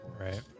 Right